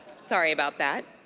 sorry about that.